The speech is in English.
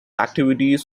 activities